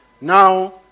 Now